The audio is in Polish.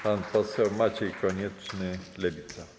Pan poseł Maciej Konieczny, Lewica.